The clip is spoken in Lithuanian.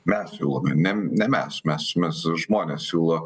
mes siūlome ne ne mes mes mes žmonės siūlo